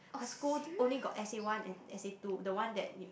her school only got S_A one and S_A two the one that you